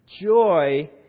joy